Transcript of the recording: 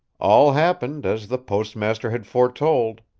all happened as the postmaster had foretold.